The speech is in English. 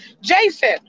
Jason